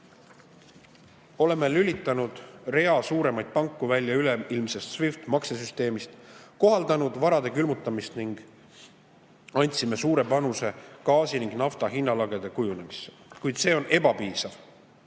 Oleme lülitanud rea suuremaid panku välja üleilmsest SWIFT‑maksesüsteemist, kohaldanud varade külmutamist ning andsime suure panuse gaasi ja nafta hinnalagede kujunemisse. Kuid see on ebapiisav.